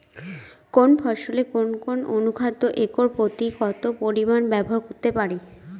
কোন ফসলে কোন কোন অনুখাদ্য একর প্রতি কত পরিমান ব্যবহার করতে পারি?